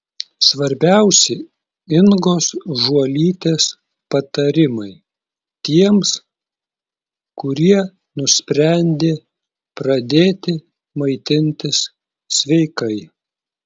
svarbiausi ingos žuolytės patarimai tiems kurie nusprendė pradėti maitintis sveikai